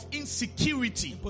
insecurity